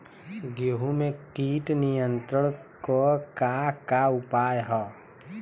गेहूँ में कीट नियंत्रण क का का उपाय ह?